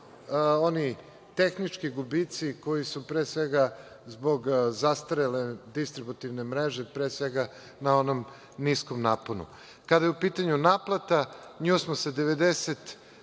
oni tehnički gubici koji su pre svega zbog zastarele distributivne mere, pre svega na onom niskom naponu. Kada je u pitanju naplata, nju smo sa 93%,